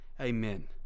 Amen